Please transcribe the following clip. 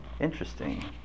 Interesting